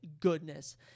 goodness